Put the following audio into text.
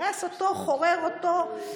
הרס אותו, חורר אותו,